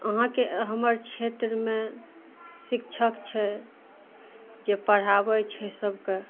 अहाँके हमर क्षेत्रमे शिक्षक छै जे पढ़ाबय छै सबके